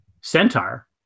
centaur